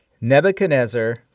Nebuchadnezzar